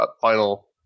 final